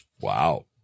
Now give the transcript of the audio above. Wow